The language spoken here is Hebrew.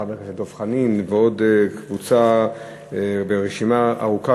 חבר הכנסת דב חנין ועוד קבוצה ורשימה ארוכה